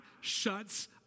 shuts